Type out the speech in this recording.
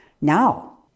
Now